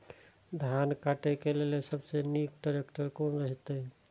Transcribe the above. धान काटय के लेल सबसे नीक ट्रैक्टर कोन रहैत?